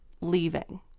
leaving